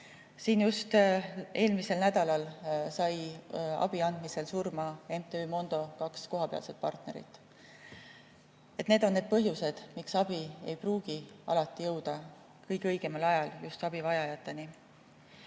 Alles eelmisel nädalal said abi andmisel surma kaks MTÜ Mondo kohapealset partnerit. Need on need põhjused, miks abi ei pruugi alati jõuda kõige õigemal ajal abivajajateni.